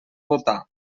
votar